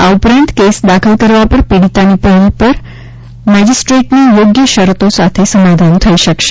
આ ઉપરાંત કેસ દાખલ કરવા પર પીડિતાની પહેલ પર જ મેજિસ્ટ્રેટની યોગ્ય શરતો સાથે સમાધાન થઈ શકશે